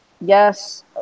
yes